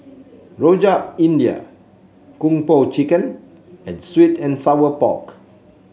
Rojak India Kung Po Chicken and sweet and Sour Pork